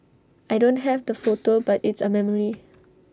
I don't have the photo but it's A memory